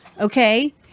okay